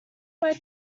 bite